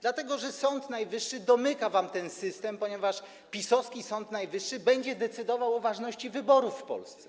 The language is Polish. Dlatego że Sąd Najwyższy domyka wam ten system, ponieważ PiS-owski Sąd Najwyższy będzie decydował o ważności wyborów w Polsce.